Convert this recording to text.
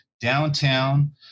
downtown